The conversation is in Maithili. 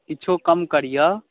किछु कम करिऔ